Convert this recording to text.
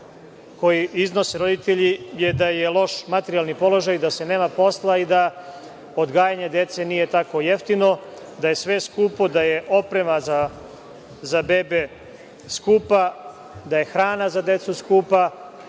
koje iznose roditelji je da je loš materijalni položaj, da se nema posla i da odgajanje dece nije tako jeftino, da je sve skupo, da je oprema za bebe skupa, da je hrana za decu skupa. Mislim